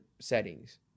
settings